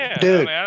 Dude